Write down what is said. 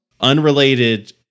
unrelated